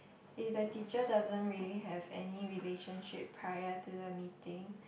if the teacher doesn't really have any relationship prior to the meeting